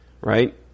right